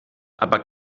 aber